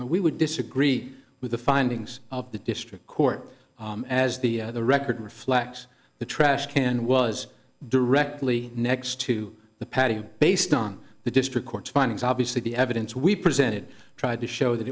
he'll we would disagree with the findings of the district court as the record reflects the trash can was directly next to the patio based on the district court's findings obviously the evidence we presented tried to show that